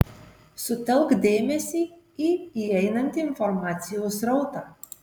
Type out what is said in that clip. sutelk dėmesį į įeinantį informacijos srautą